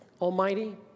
Almighty